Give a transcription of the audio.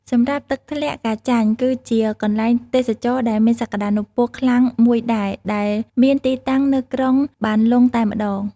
សម្រាប់ទឹកធ្លាក់កាចាញ គឺជាកន្លែងទេសចរដែលមានសក្តានុពលខ្លាំងមួយដែរ ដែលមានទីតាំងនៅក្រុងបានលុងតែម្តង។